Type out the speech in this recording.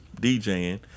DJing